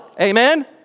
Amen